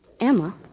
Emma